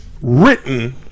written